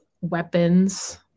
weapons